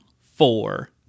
four